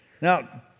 Now